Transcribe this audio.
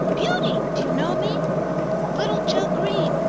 beauty! do you know me little joe green,